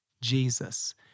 Jesus